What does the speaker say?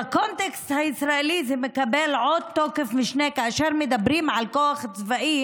בקונטקסט הישראלי זה מקבל משנה תוקף כאשר מדברים על כוח צבאי.